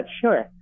sure